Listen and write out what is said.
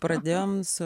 pradėjom su